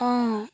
অঁ